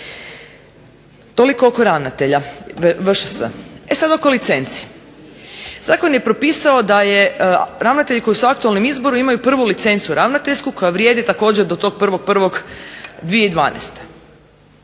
Toliko oko ravnatelja VŠS. E sad oko licenci. Zakon je propisao da ravnatelji koji su u aktualnom izboru imaju prvu licencu ravnateljsku koja vrijedi također do tog 1.01.2012.